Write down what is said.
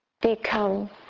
become